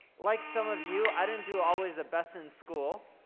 like some of you, i didn't do always the best in school.